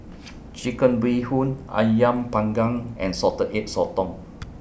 Chicken Bee Hoon Ayam Panggang and Salted Egg Sotong